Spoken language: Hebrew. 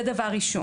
זה דבר ראשון.